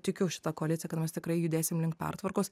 tikiu šita koalicija kad mes tikrai judėsim link pertvarkos